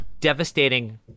devastating